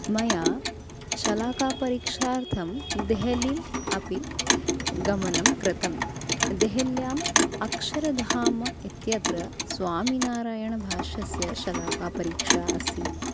मया शलाका परीक्षार्थं देहलीम् अपि गमनं कृतं देहल्याम् अक्षरधाम इत्यत्र स्वामिनारायणमहाशयस्य शलाकापरीक्षा आसीत्